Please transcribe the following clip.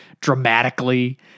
dramatically